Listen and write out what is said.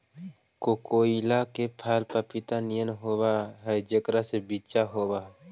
कोकोइआ के फल पपीता नियन होब हई जेकरा में बिच्चा होब हई